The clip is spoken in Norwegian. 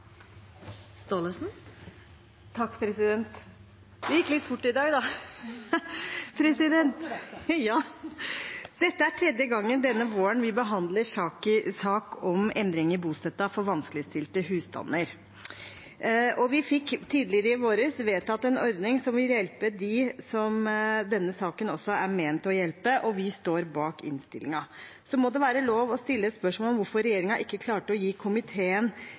tredje gangen denne våren vi behandler sak om endring i bostøtten for vanskeligstilte husstander, og vi fikk tidligere i vår vedtatt en ordning som vil hjelpe dem som denne saken også er ment å hjelpe. Vi står bak innstillingen. Så må det også være lov å stille spørsmål om hvorfor regjeringen ikke klarte å gi komiteen